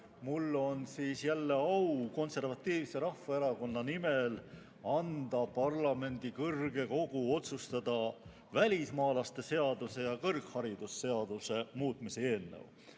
Mul on jälle au Konservatiivse Rahvaerakonna nimel anda parlamendi kõrge kogu otsustada välismaalaste seaduse ja kõrgharidusseaduse muutmise eelnõu.